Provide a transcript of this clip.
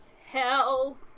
hell